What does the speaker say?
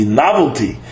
novelty